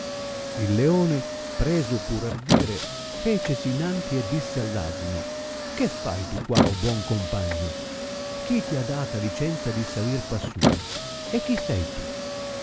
il leone preso pur ardire fecesi inanti e disse all'asino che fai tu qua o buon compagno chi ti ha data licenza di salir qua su e chi sei tu